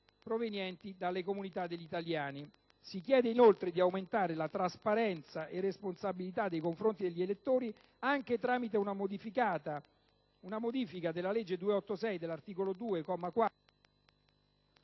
provenienti dalle comunità degli italiani. Si chiede, inoltre, di aumentare la trasparenza e la responsabilità nei confronti degli elettori, anche tramite una modifica alla legge ... *(Il microfono